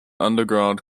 underground